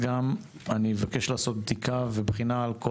אני גם אבקש אז לעשות בחינה ובדיקה על כל